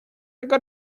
got